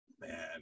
man